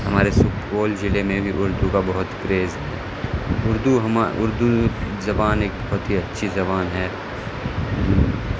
ہمارے سپول ضلعے میں بھی اردو کا بہت کریز اردو ہماری اردو زبان ایک بہت ہی اچھی زبان ہے